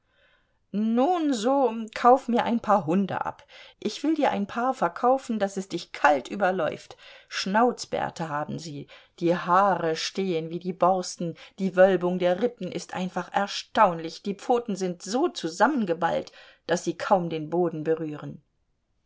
nun so kauf mir ein paar hunde ab ich will dir ein paar verkaufen daß es dich kalt überläuft schnauzbärte haben sie die haare stehen wie die borsten die wölbung der rippen ist einfach erstaunlich die pfoten sind so zusammengeballt daß sie kaum den boden berühren